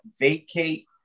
vacate